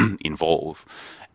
involve